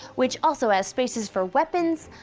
which also has spaces for weapons,